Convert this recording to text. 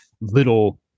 little